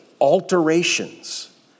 alterations